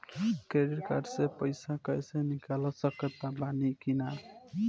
Credit card से पईसा cash निकाल सकत बानी की ना?